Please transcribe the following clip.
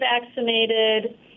vaccinated